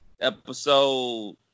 episode